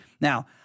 Now